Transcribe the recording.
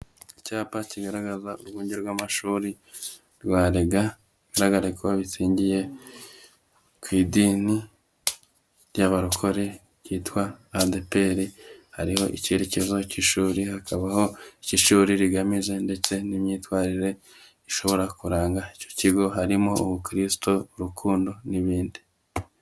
Icyapa kigaragaza urwunge rw'amashuri rwa Rega bigaragare ko gishingiye ku idini ry'abarokore ryitwa ADEPR hariho icyerekezo cy'ishuri hakabaho icyo ishuri rigamije ndetse n'imyitwarire ishobora kuranga ikigo harimo ubukristo, urukundo n'ibindi.